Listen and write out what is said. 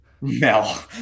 Mel